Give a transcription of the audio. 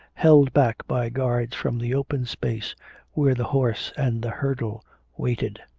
held back by guards from the open space where the horse and the hurdle waited.